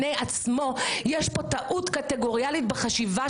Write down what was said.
אתם מתעקשים לאחוז בקרנות המזבח,